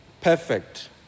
perfect